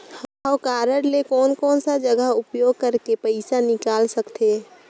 हव कारड ले कोन कोन सा जगह उपयोग करेके पइसा निकाल सकथे?